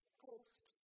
forced